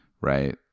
right